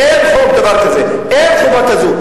אין דבר כזה, אין חובה כזאת.